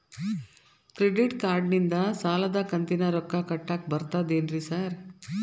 Credit ಕಾರ್ಡನಿಂದ ಸಾಲದ ಕಂತಿನ ರೊಕ್ಕಾ ಕಟ್ಟಾಕ್ ಬರ್ತಾದೇನ್ರಿ ಸಾರ್?